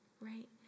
right